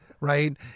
right